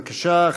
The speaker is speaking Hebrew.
בבקשה,